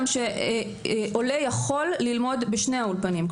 עולה יכול ללמוד בשני האולפנים,